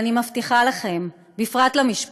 ואני מבטיחה לכם, ובפרט למשפחות: